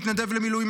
התנדב למילואים,